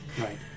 Right